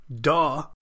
duh